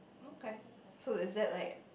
okay so is that like